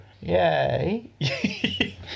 Yay